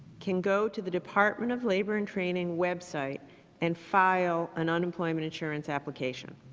can go to the department of labor and training web site and file an unemployment insurance application.